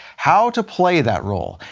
how to play that role,